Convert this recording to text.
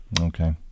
Okay